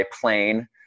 plane